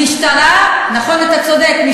נכון, אתה צודק.